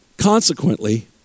Consequently